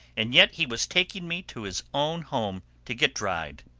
and yet he was taking me to his own home to get dried.